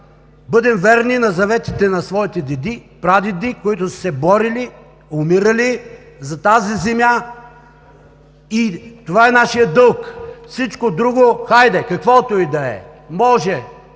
бъдем верни на заветите на своите деди, прадеди, които са се борили, умирали са за тази земя. Това е нашият дълг. Всичко друго, хайде, каквото и да е, може